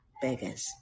beggars